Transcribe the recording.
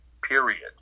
Period